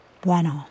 Bueno